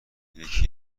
یکی